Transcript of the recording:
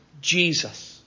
Jesus